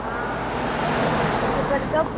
మునుపటితో